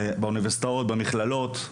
באוניברסיטאות, במכללות,